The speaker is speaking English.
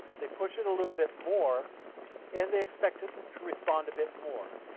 they push it a little bit more and they expect it to respond a bit more.